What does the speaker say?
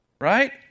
Right